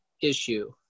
issue